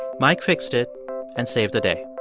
mike fixed it and saved the day.